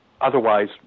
otherwise